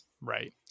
Right